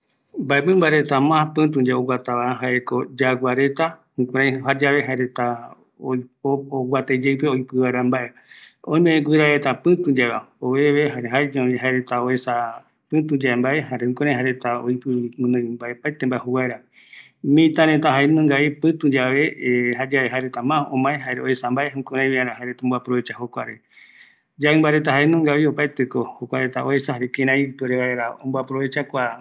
Mɨmbareta pɨturupi oguatava jaeko yaguareta, jaereta oguata oeka jembiara, jaenungavi guirareta, mitareta jaevi pɨtu yave eyembieka reta, yaɨmba reta jaenungavi